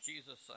Jesus